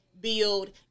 build